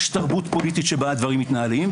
יש תרבות פוליטית שבה הדברים מתנהלים.